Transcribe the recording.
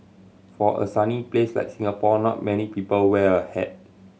for a sunny place like Singapore not many people wear a hat